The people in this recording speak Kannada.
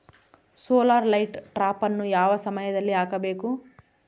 ಸೋಲಾರ್ ಲೈಟ್ ಟ್ರಾಪನ್ನು ಯಾವ ಸಮಯದಲ್ಲಿ ಹಾಕಬೇಕು?